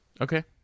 Okay